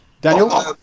Daniel